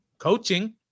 Coaching